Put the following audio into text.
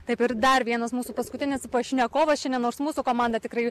taip ir dar vienas mūsų paskutinis pašnekovas šiandien nors mūsų komanda tikrai